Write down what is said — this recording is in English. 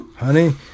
Honey